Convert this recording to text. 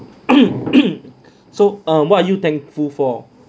so err what are you thankful for